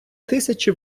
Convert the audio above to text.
тисячі